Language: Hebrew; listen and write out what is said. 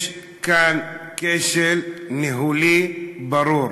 יש כאן כשל ניהולי ברור.